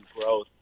growth